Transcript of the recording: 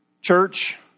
Church